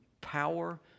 power